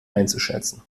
einzuschätzen